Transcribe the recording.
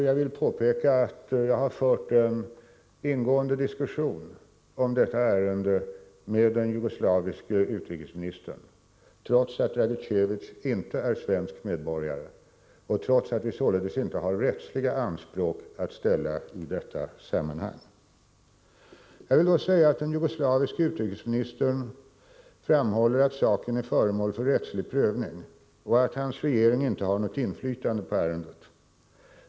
Jag vill påpeka att jag har fört en ingående diskussion om detta ärende med den jugoslaviske utrikesministern trots att Dragicevic inte är svensk medborgare och trots att vi således inte har rättsliga anspråk att ställa i detta sammanhang. Jag vill då säga att den jugoslaviske utrikesministern framhåller att saken är föremål för rättslig prövning och att hans regering inte har något inflytande på ärendet.